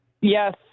Yes